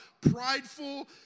Prideful